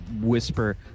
whisper